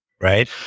Right